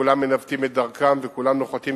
כולם מנווטים את דרכם וכולם נוחתים